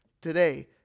today